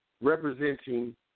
representing